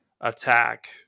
attack